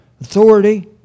authority